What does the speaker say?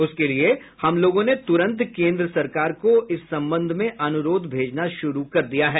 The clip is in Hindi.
उसके लिए हमलोगों ने तुरंत केन्द्र सरकार को इस संबंध में अनुरोध भेजना शुरू कर दिया है